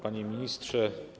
Panie Ministrze!